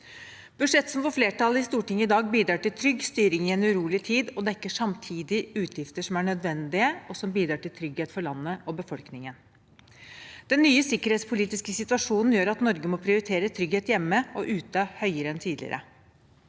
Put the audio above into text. Budsjettet som får flertall i Stortinget i dag, bidrar til trygg styring i en urolig tid og dekker samtidig utgifter som er nødvendige, og som bidrar til trygghet for landet og befolkningen. Den nye sikkerhetspolitiske situasjonen gjør at Norge må prioritere trygghet hjemme og ute høyere enn tidligere.